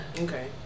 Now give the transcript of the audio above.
Okay